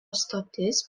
stotis